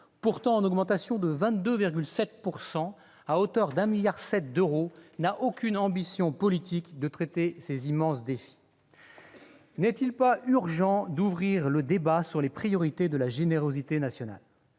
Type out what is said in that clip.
pourtant en augmentation de 22,7 %, à hauteur de 1,7 milliard d'euros, ne repose sur aucune ambition politique de relever ces immenses défis. Pourtant, n'est-il pas urgent d'ouvrir le débat sur les priorités de la générosité nationale ?